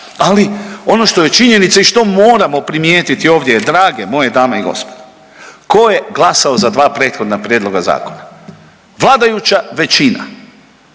Ali ono što je činjenica i što moramo primijetiti ovdje je drage moje dame i gospodo, tko je glasao za prethodna prijedloga zakona? Vladajuća većina.